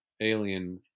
Alien